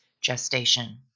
gestation